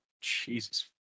Jesus